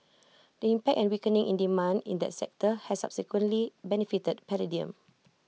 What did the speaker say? the impact and weakening in demand in that sector has subsequently benefited palladium